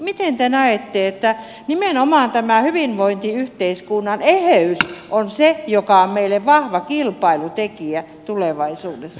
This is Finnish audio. miten te näette että nimenomaan tämä hyvinvointiyhteiskunnan eheys on se joka on meille vahva kilpailutekijä tulevaisuudessa